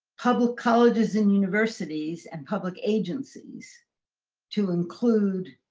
public colleges and universities and public agencies to include